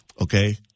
Okay